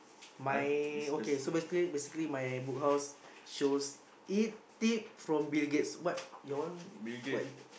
my okay so basically basically my Book House shows it tip from Bill-Gates what your one what